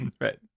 Right